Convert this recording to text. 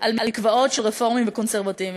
על מקוואות של רפורמים וקונסרבטיבים?